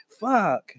Fuck